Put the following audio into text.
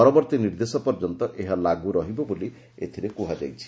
ପରବର୍ଭୀ ନିର୍ଦ୍ଦେଶ ପର୍ଯ୍ୟନ୍ତ ଏହା ଲାଗୁ ରହିବ ବୋଲି ଏଥିରେ କୁହା ଯାଇଛି